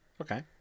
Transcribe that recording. Okay